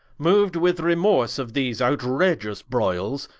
mou'd with remorse of these out-ragious broyles,